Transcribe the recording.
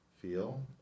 feel